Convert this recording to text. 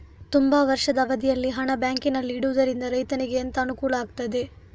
ತುಂಬಾ ವರ್ಷದ ಅವಧಿಯಲ್ಲಿ ಹಣ ಬ್ಯಾಂಕಿನಲ್ಲಿ ಇಡುವುದರಿಂದ ರೈತನಿಗೆ ಎಂತ ಅನುಕೂಲ ಆಗ್ತದೆ?